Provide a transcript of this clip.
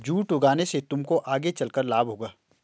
jute उगाने से तुमको आगे चलकर लाभ होगा